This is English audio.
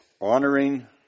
honoring